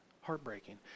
Heartbreaking